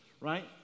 right